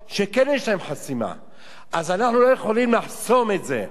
אנחנו לא יכולים לחסום את זה, כי רוצים את